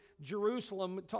Jerusalem